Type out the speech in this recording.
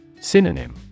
Synonym